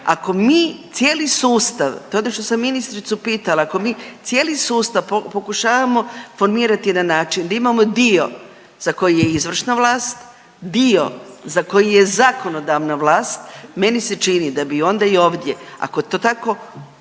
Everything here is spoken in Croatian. ako mi cijeli sustav, to je ono što sam ministricu pitala ako mi cijeli sustav pokušavamo formirati na način da imamo dio za koji je izvršna vlast, dio za koji je zakonodavna vlast meni se čini da bi onda i ovdje ako to tako